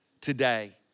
today